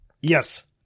Yes